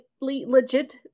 legit